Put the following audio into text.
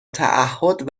تعهد